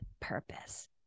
purpose